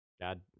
God